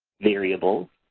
variables,